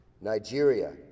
Nigeria